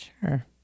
Sure